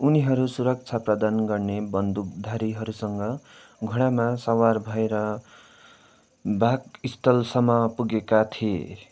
उनीहरू सुरक्षा प्रदान गर्ने बन्दुकधारीहरूसँग घोडामा सवार भएर बाघस्थलसम्म पुगेका थिए